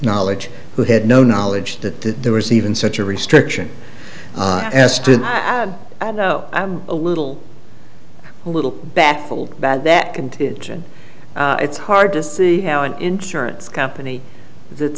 knowledge who had no knowledge that there was even such a restriction as to add i know i'm a little a little baffled bad that contingent it's hard to see how an insurance company that's